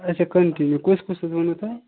اَچھا کَنٹِنیٛوٗ کُس کُس حظ ووٚنوِٕ تۄہہِ